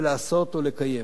ולעשות ולקיים,